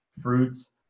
fruits